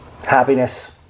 happiness